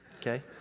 okay